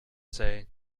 say